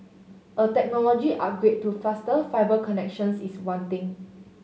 a technology upgrade to faster fibre connections is wanting